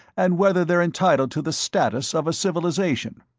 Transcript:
and whether they're entitled to the status of a civilization.